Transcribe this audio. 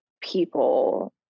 people